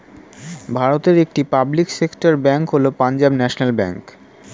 ভারতের একটি public sector bank হল পাঞ্জাব ন্যাশনাল ব্যাঙ্ক